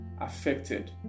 affected